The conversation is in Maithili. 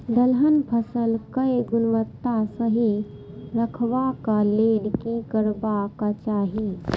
दलहन फसल केय गुणवत्ता सही रखवाक लेल की करबाक चाहि?